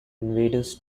invaders